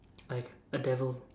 like a devil